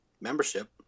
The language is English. membership